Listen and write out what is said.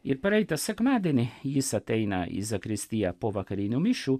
ir praeitą sekmadienį jis ateina į zakristiją po vakarinių mišių